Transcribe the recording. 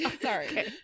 Sorry